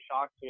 shocked